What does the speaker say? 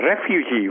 refugees